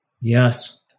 Yes